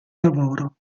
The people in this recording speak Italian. lavoro